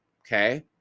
okay